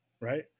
Right